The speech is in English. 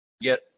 get